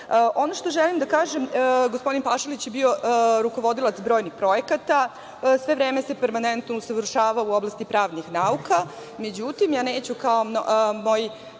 što želim da kažem, gospodin Pašalić je bio rukovodilac brojnih projekata. Sve vreme se permanentno usavršavao u oblasti pravnih nauka. Međutim, ja neću kao moji